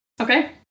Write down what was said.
Okay